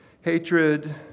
hatred